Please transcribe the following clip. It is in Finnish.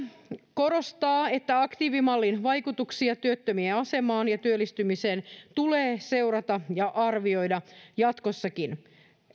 korostaa että aktiivimallin vaikutuksia työttömien asemaan ja työllistymiseen tulee seurata ja arvioida jatkossakin